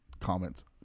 comments